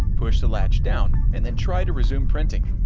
push the latch down, and then try to resume printing.